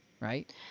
Right